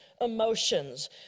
emotions